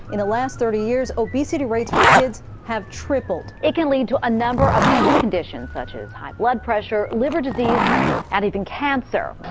in the last thirty years, obesity rates for kids have tripled. it can lead to a number of health conditions such as high blood pressure, liver disease and even cancer.